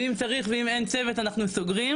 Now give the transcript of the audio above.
ואם צריך ואם אין צוות אנחנו סוגרים,